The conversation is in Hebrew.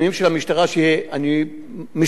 אני משוכנע,